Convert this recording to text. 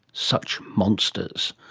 such monsters!